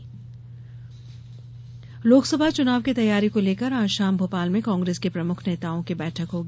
कांग्रेस बैठक लोकसभा चुनाव की तैयारी को लेकर आज शाम भोपाल में कांग्रेस के प्रमुख नेताओं की बैठक होगी